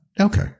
Okay